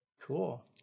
Cool